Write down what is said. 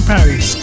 Paris